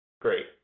Great